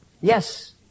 Yes